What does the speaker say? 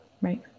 Right